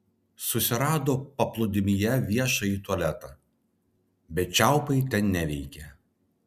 susirado paplūdimyje viešąjį tualetą bet čiaupai ten neveikė